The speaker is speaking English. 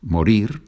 Morir